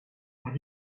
when